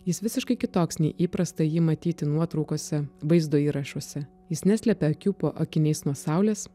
jis visiškai kitoks nei įprasta jį matyti nuotraukose vaizdo įrašuose jis neslepia akių po akiniais nuo saulės